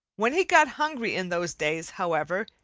when he got hungry in those days, however,